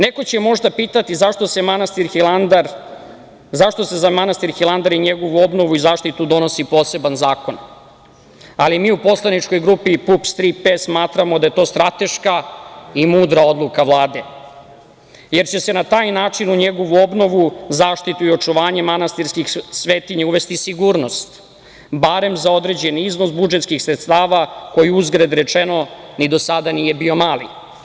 Neko će možda pitati zašto se za manastir Hilandar i njegovu obnovu zaštitu donosi poseban zakon, ali mi u poslaničkoj grupi PUPS – „Tri P“ smatramo da je to strateška i mudra odluka Vlade, jer će se na taj način u njegovu obnovu, zaštitu i očuvanje manastirskih svetinja uvesti sigurnost, barem za određen iznos budžetskih sredstava, koji uzgred budi rečeno, ni do sada nije bio mali.